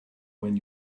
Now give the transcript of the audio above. when